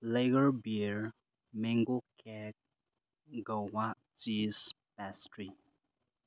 lager beer mango cake ꯒꯧꯋꯥ cheese pastry